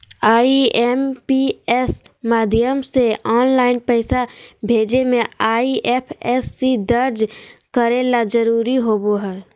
IMPS माध्यम से online पैसा भेजे मे आई.एफ.एस.सी दर्ज करे ला जरूरी होबो हय